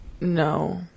No